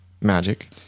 magic